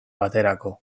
baterako